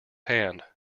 hand